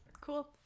Cool